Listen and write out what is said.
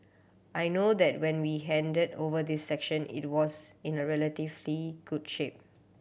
I know that when we handed over this section it was in a relatively good shape